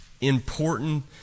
important